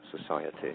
Society